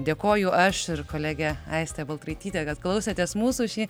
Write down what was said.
dėkoju aš ir kolegė aistė baltraitytė kad klausėtės mūsų šį